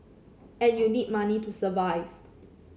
and you need money to survive